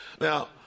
Now